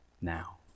now